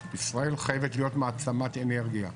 ישראל חייבת להיות מעצמת אנרגיה.